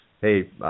hey